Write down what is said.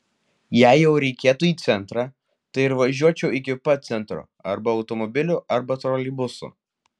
jei jau reikėtų į centrą tai ir važiuočiau iki pat centro arba automobiliu arba troleibusu